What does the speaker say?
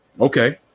Okay